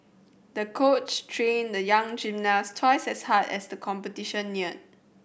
the coach trained the young gymnast twice as hard as the competition neared